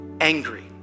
angry